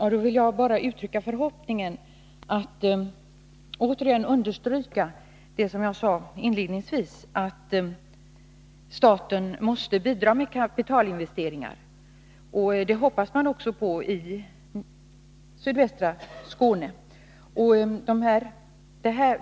Herr talman! Då vill jag återigen understryka vad jag sade inledningsvis, att staten måste bidra med kapitalinvesteringar. Det hoppas man också på i sydvästra Skåne.